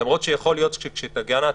למרות שיכול להיות שכאשר תגענה התקנות,